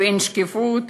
ואין שקיפות.